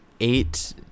eight